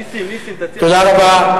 תודה רבה.